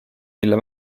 mille